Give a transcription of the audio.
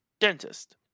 dentist